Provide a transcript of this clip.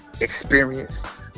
experience